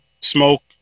smoke